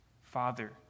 Father